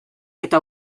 eta